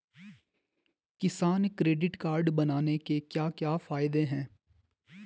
किसान credit card बनाने के क्या क्या फायदे हैं?